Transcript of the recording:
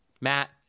Matt